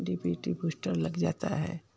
D P T booster लग जाता है